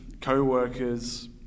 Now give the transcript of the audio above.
co-workers